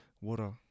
water